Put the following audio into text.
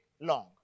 long